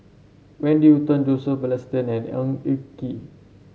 Wendy Hutton Joseph Balestier and Ng Eng Kee